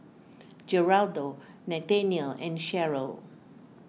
Geraldo Nathanial and Sheryl